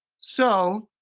so